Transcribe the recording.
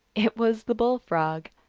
it was the bull-frog.